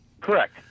Correct